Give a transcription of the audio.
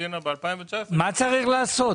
הכינה ב-2019 --- מה צריך לעשות?